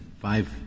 five